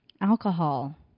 Alcohol